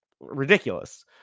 ridiculous